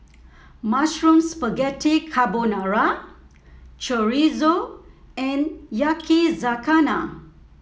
Mushroom Spaghetti Carbonara Chorizo and Yakizakana